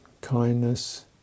kindness